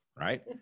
right